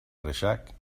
reixac